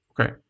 Okay